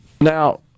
Now